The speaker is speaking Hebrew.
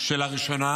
שלראשונה